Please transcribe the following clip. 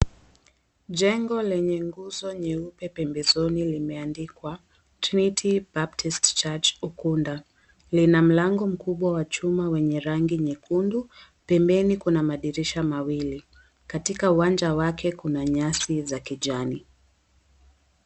Jengo lenye nguzo nyeupe pembezoni limeandikwa, Trinity Baptist Church Ukunda. Lina mlango mkubwa wa chuma wenye rangi nyekundu, pembeni kuna madirisha mawili. Katika uwanja wake kuna nyasi za kijani.